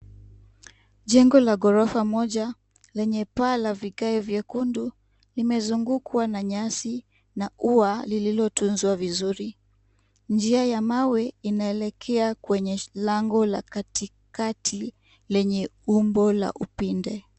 Jengo la gorofa moja lenye paa la vigae nyekundu limezungukwa na nyasi na ua lilitunzwa vizuri, njia ya mawe inaelekea kwenye lango la katikati lenye umbo la upinde.